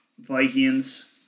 Vikings